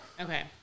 Okay